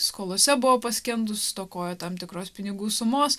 skolose buvo paskendus stokojo tam tikros pinigų sumos